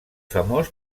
famós